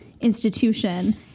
institution